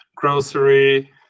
Grocery